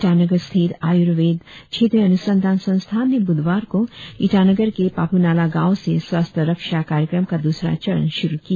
Itanagar state Ayurveda क्षेत्रीय अनुसंधान संस्थान ने बुधवार को ईटानगर के पापुनाला गांव से स्वास्थ्य रक्षा कार्यक्रम का द्रसरा चरण शुरु किया